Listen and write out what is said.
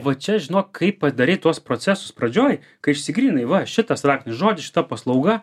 va čia žinok kaip padarei tuos procesus pradžioj kai išsigryninai va šitas raktinis žodis šita paslauga